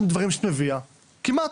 הממשלה לא מאשרת את הדברים שאת מביאה, כמעט.